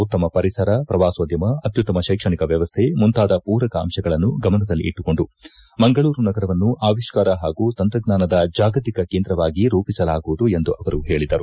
ಉತ್ತಮ ಪರಿಸರ ಪ್ರವಾಸೋದ್ಯಮ ಅತ್ಯುತ್ತಮ ಕೈಕ್ಷಣಿಕ ವ್ವವಸ್ಥ ಮುಂತಾದ ಪೂರಕ ಅಂಶಗಳನ್ನು ಗಮನದಲ್ಲಿಟ್ಟುಕೊಂಡು ಮಂಗಳೂರು ನಗರವನ್ನು ಅವಿಷ್ಕಾರ ಪಾಗೂ ತಂತ್ರಜ್ಞಾನದ ಜಾಗತಿಕ ಕೇಂದ್ರವಾಗಿ ರೂಪಿಸಲಾಗುವುದು ಎಂದು ಅವರು ಹೇಳದರು